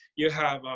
you have,